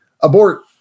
abort